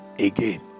again